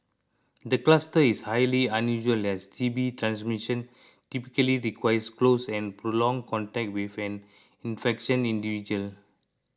the cluster is highly unusual as T B transmission typically requires close and prolonged contact with an infectious individual